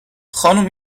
خانم